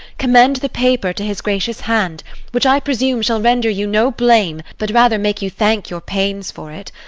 commend the paper to his gracious hand which i presume shall render you no blame, but rather make you thank your pains for it.